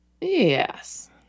Yes